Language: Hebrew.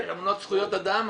אמנות זכויות אדם,